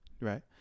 Right